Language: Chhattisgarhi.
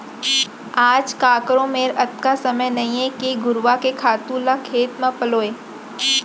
आज काकरो मेर अतका समय नइये के घुरूवा के खातू ल खेत म पलोवय